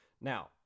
Now